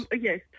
yes